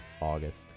August